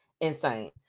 Insane